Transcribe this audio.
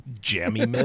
Jammy